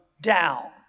down